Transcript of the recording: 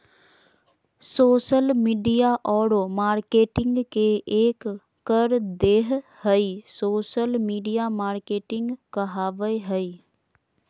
social media औरो marketing के एक कर देह हइ सोशल मिडिया मार्केटिंग कहाबय हइ